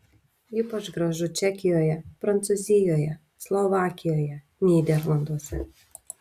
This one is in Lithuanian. ypač gražu čekijoje prancūzijoje slovakijoje nyderlanduose